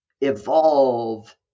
evolve